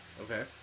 Okay